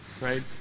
right